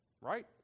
Right